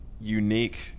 unique